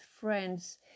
friends